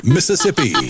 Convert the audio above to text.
Mississippi